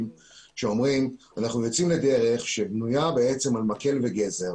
שאומרים שאנחנו יוצאים לדרך שבנויה על מקל וגזר